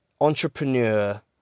entrepreneur